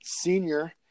senior